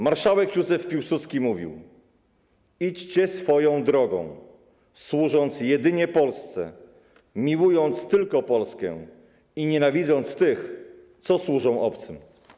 Marszałek Józef Piłsudski mówił: „Idźcie swoją drogą, służąc jedynie Polsce, miłując tylko Polskę i nienawidząc tych, co służą obcym”